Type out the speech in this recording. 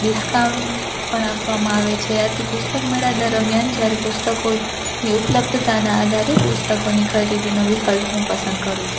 discount પણ આપવામાં આવે છે આથી પુસ્તક મેળા દરમિયાન જ્યારે પુસ્તકોની ઉપલબ્ધતાના આધારે પુસ્તકોની ખરીદીનો વિકલ્પ હું પસંદ કરું છું